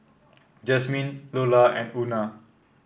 Jazmyn Lola and Una